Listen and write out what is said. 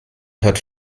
hat